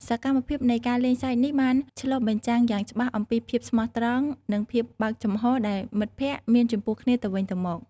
សកម្មភាពនៃការលេងសើចនេះបានឆ្លុះបញ្ចាំងយ៉ាងច្បាស់អំពីភាពស្មោះត្រង់ និងភាពបើកចំហរដែលមិត្តភក្តិមានចំពោះគ្នាទៅវិញទៅមក។